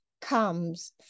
comes